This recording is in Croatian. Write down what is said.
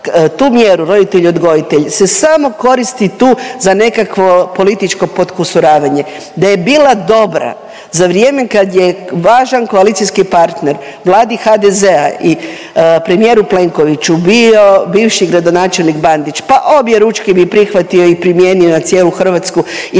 tu mjeru roditelj odgojitelj se samo koristi tu za nekakvo političko potkusuravanje. Da je bila dobra za vrijeme kad je važan koalicijski partner Vladi HDZ-a i premijeru Plenkoviću bio bivši gradonačelnik Bandić, pa objeručke bi prihvatio i primijenio na cijelu Hrvatsku ili